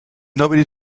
nobody